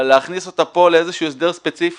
אבל להכניס אותה פה לאיזשהו הסדר ספציפי